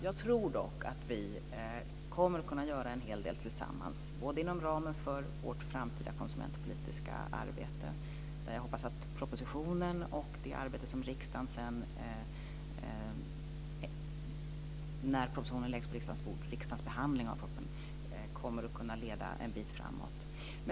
Jag tror dock att vi kommer att kunna göra en hel del tillsammans inom ramen för vårt framtida konsumentpolitiska arbete. Jag hoppas att behandlingen av propositionen när den lagts på riksdagens bord kommer att kunna leda ett stycke framåt.